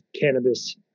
cannabis